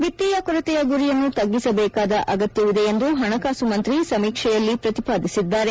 ವಿತ್ತಿಯ ಕೊರತೆಯ ಗುರಿಯನ್ನು ತಗ್ಗಿಸಬೇಕಾದ ಅಗತ್ಯವಿದೆ ಎಂದು ಪಣಕಾಸು ಮಂತ್ರಿ ಸಮೀಕ್ಷೆಯಲ್ಲಿ ಪ್ರತಿಪಾದಿಸಿದ್ದಾರೆ